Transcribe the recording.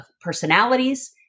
personalities